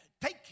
take